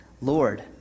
Lord